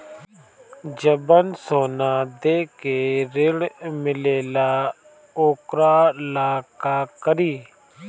जवन सोना दे के ऋण मिलेला वोकरा ला का करी?